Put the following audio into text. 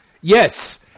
Yes